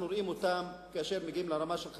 רואים אותן כאשר מגיעים לרמה של החקיקה.